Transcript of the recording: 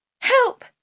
Help